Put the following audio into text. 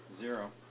Zero